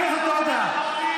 אדם כמוך לא יודע,